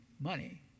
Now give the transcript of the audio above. money